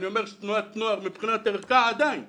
אני אומר שתנועת נוער מבחינת ערכה הסגולי